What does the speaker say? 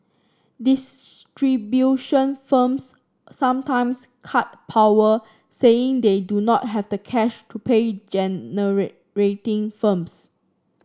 distribution firms sometimes cut power saying they do not have the cash to pay firms